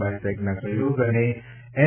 બાયસેગના સહયોગ અને એન